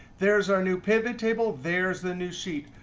there's our new pivot table. there's the new sheet.